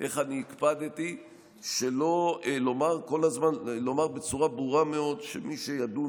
איך אני הקפדתי לומר כל הזמן בצורה ברורה מאוד שמי שידון